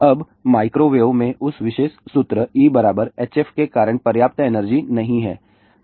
अब माइक्रोवेव में उस विशेष सूत्र E h f के कारण पर्याप्त एनर्जी नहीं है